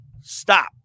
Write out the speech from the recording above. stop